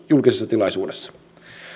julkisessa tilaisuudessa